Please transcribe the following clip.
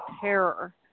terror